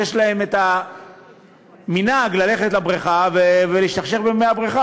יש להם המנהג ללכת לבריכה ולהשתכשך במי הבריכה?